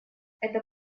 это